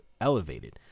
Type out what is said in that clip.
elevated